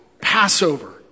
Passover